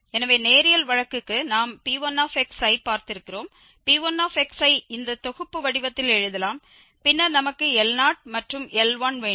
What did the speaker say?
எனவே நேரியல் வழக்குக்கு நாம் P1ஐ பார்த்திருக்கிறோம் P1 ஐ இந்த தொகுப்பு வடிவத்தில் எழுதலாம் பின்னர் நமக்கு L0 மற்றும் L1 வேண்டும்